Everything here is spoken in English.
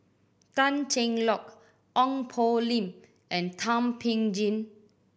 Tan Cheng Lock Ong Poh Lim and Thum Ping Tjin